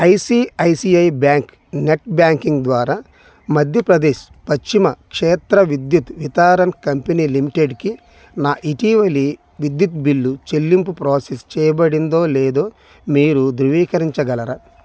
I C I C I bank net banking ద్వారా మధ్యప్రదేశ్ పశ్చిమ క్షేత్ర విద్యుత్ వితారన్ కంపెనీ లిమిటెడ్కి నా ఇటీవలి విద్యుత్ బిల్లు చెల్లింపు ప్రోసెస్ చేయబడిందో లేదో మీరు ధృవీకరించగలరా